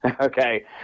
Okay